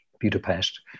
Budapest